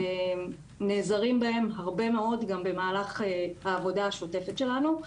ונעזרים בהם הרבה מאוד גם במהלך העבודה השוטפת שלנו.